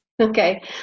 Okay